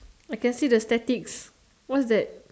I can see the statics what's that